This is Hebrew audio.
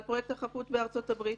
על פרויקט החפות בארצות-הברית